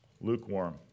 Lukewarm